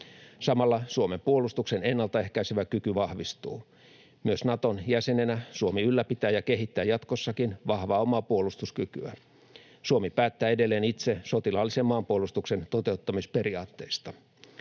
Samalla Suomen puolustuksen ennaltaehkäisevä kyky vahvistuu. Myös Naton jäsenenä Suomi ylläpitää ja kehittää jatkossakin vahvaa omaa puolustuskykyä. Suomi päättää edelleen itse sotilaallisen maanpuolustuksen toteuttamisperiaatteista.